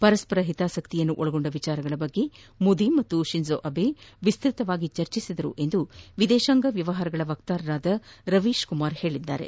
ಪರಸ್ವರ ಹಿತಾಸಕ್ತಿಯನ್ನೊಳಗೊಂಡ ವಿಚಾರಗಳ ಬಗ್ಗೆ ಮೋದಿ ಹಾಗೂ ಶಿಂಜೊ ಅಬೆ ವಿಸ್ತತವಾಗಿ ಚರ್ಚಿಸಿದರು ಎಂದು ವಿದೇಶಾಂಗ ವ್ಲವಹಾರ ವಕ್ತಾರ ರವೀಶ್ ಕುಮಾರ್ ತಿಳಿಸಿದ್ದಾರೆ